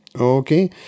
Okay